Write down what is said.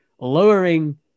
lowering